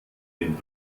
dem